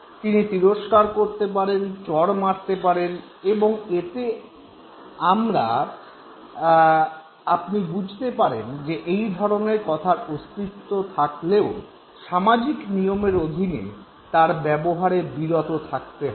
তিনি তিরস্কার করতে পারেন চড় মারতে পারেন এবং এতে আমরা এতে আপনি বুঝতে পারেন এই ধরণের কথার অস্তিত্ব থাকলেও সামাজিক নিয়মের অধীনে তার ব্যবহারে বিরত থাকতে হবে